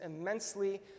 immensely